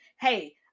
Hey